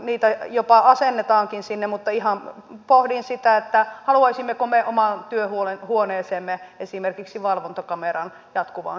niitä jopa asennetaankin sinne mutta ihan pohdin sitä että haluaisimmeko me omaan työhuoneeseemme esimerkiksi valvontakameran jatkuvaan seurantaan